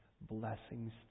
blessings